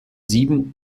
sieben